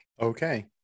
Okay